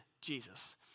Jesus